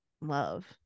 love